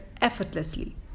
effortlessly